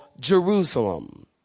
Jerusalem